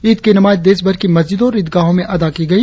ईद की नमाज देश भर की मस्जिदों और ईदगाहों में अदा की गई